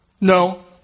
no